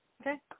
Okay